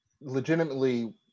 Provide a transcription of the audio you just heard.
legitimately